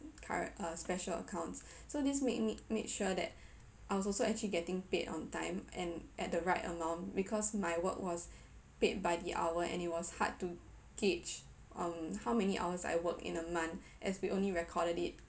current uh special accounts so this made me make sure that I was also actually getting paid on time and at the right amount because my work was paid by the hour and it was hard to gauge um how many hours I work in a month as we only recorded it